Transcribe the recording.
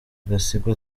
gasigwa